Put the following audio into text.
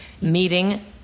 meeting